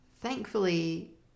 Thankfully